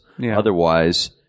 Otherwise